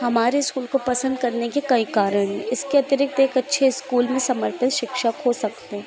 हमारे इस्कूल को पसंद करने के कई कारण हैं इसके अतिरिक्त एक अच्छे इस्कूल में समर्पन शिक्षक हो सकते हें